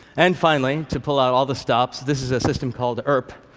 and finally, to pull out all the stops, this is a system called urp,